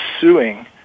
suing